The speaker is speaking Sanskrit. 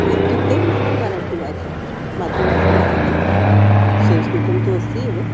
इत्युक्ते मम मराठीभाषा मातृभाषा मराठी संस्कृतं तु अस्ति एव